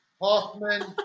Hoffman